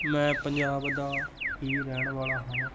ਮੈਂ ਪੰਜਾਬ ਦਾ ਹੀ ਰਹਿਣ ਵਾਲਾ ਹਾਂ